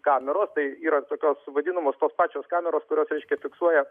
kameros tai yra tokios vadinamos tos pačios kameros kurios reiškia fiksuoja